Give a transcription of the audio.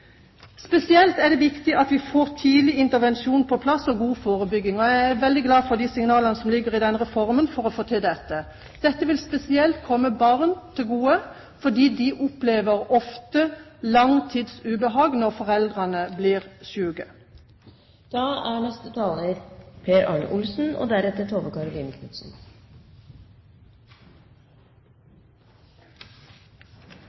Spesielt er det viktig at vi får tidlig intervensjon på plass, og god forebygging. Jeg er veldig glad for de signalene som ligger i reformen om dette. Dette vil spesielt komme barn til gode, fordi de ofte opplever lang tids ubehag når foreldrene blir syke. Representanten Wenche Olsen sa tidligere i dag at for henne kunne dette godt vært en dag da man flagget. Man flagger faktisk i dag. Og